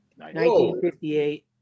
1958